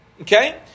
Okay